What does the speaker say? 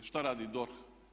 Šta radi DORH?